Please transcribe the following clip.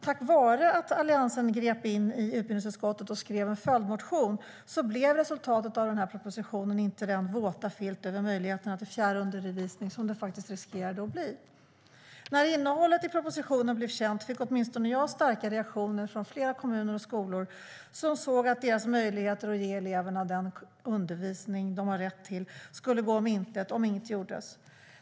Tack vare att Alliansen grep in i utbildningsutskottet och skrev en följdmotion blev resultatet av denna proposition inte den våta filt över möjligheterna till fjärrundervisning som det faktiskt riskerade att bli. När innehållet i propositionen blev känt fick åtminstone jag starka reaktioner från flera kommuner och skolor som såg att deras möjligheter att ge eleverna den undervisning som de har rätt till skulle gå om intet om inget gjordes.